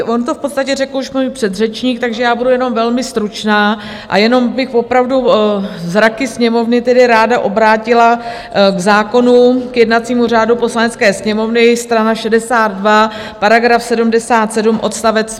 On to v podstatě řekl už můj předřečník, takže já budu jenom velmi stručná a jenom bych opravdu zraky Sněmovny ráda obrátila k zákonu, k jednacímu řádu Poslanecké sněmovny, strana 62, § 77 odst.